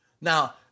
now